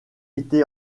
été